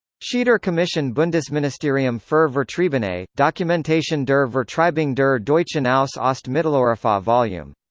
schieder commission bundesministerium fur vertriebene, dokumentation der vertreibung der deutschen aus ost-mitteleuropa vol. yeah um